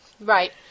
Right